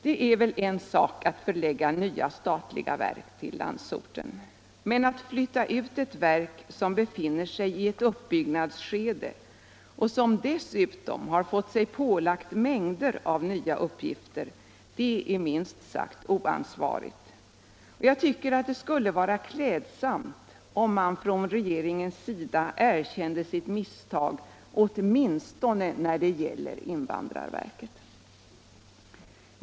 Det är väl en sak att förlägga nya statliga verk till landsorten, men att flytta ut ett verk som befinner sig i ett uppbyggnadsskede och som dessutom har fått sig pålagt mängder av nya uppgifter är minst sagt oansvarigt. Jag tycker att det skulle vara klädsamt om man från regeringens sida erkände sitt misstag åtminstone när det gäller invandrarverket.